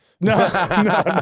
no